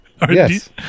yes